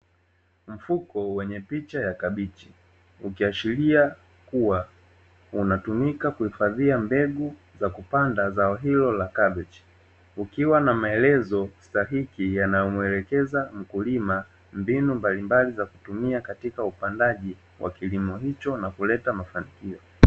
Mfuko wenye picha ya kabichi ukiashiria kuwa unatumika kuhifadhia mbegu za kupanda zao hilo la kabichi, ukiwa na maelezo sahihi yanayomuelekeza mkulima, mbinu mbalimbali za kutumia katika upandaji wa kilimo hicho na kuleta mafanikio.